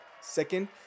Second